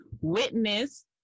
witness